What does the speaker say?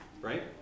right